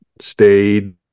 stayed